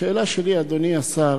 השאלה שלי, אדוני השר: